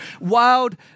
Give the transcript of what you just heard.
Wild